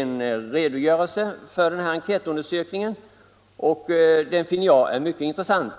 en redogörelse för enkäten som jag finner mycket intressant.